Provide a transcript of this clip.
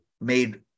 made